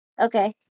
Okay